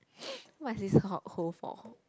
what's this h~ hole for